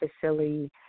facility